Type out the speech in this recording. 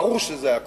ברור שזה היה קורס.